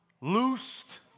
loosed